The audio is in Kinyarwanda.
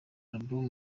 album